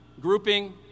grouping